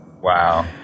Wow